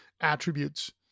attributes